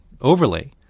overlay